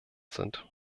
sind